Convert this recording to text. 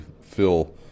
fill –